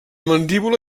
mandíbula